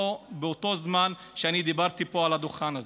באותו זמן שאני דיברתי פה על הדוכן הזה.